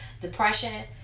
depression